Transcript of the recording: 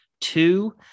two